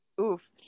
Oof